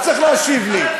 אתה צריך להשיב לי,